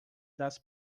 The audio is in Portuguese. das